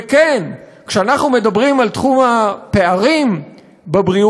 וכן, כשאנחנו מדברים על תחום הפערים בבריאות